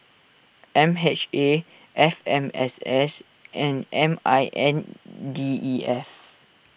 M H A F M S S and M I N D E F